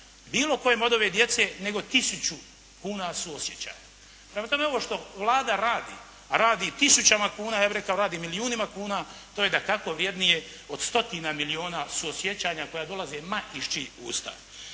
bilo kojem od ove djece, nego tisuću kuna suosjećaja. Prema tome, ovo što Vlada radi, radi tisućama kuma, ja bih rekao, radi milijunima kuna. To je dakako vrjednije od stotina milijuna suosjećanja koja dolaze, ma iz čijih usta.